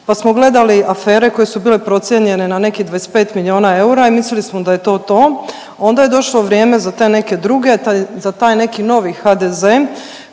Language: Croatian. pa smo gledali afere koje su bile procijenjene na nekih 25 milijuna eura i mislili smo da je to to. Onda je došlo vrijeme za te neke druge, za taj neki novi HDZ